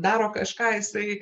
daro kažką jisai